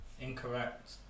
Incorrect